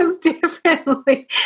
differently